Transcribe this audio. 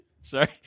Sorry